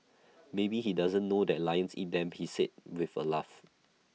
maybe he doesn't know that lions eat them he said with A laugh